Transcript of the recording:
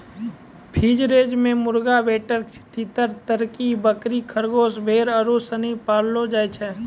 free range मे मुर्गी, बटेर, तीतर, तरकी, बकरी, खरगोस, भेड़ आरु सनी पाललो जाय छै